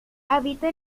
habita